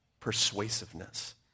Persuasiveness